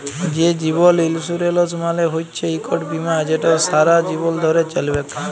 যে জীবল ইলসুরেলস মালে হচ্যে ইকট বিমা যেট ছারা জীবল ধ্যরে চ্যলবেক